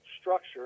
structure